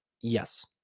Yes